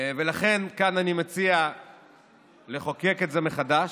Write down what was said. ולכן אני מציע כאן לחוקק את זה מחדש,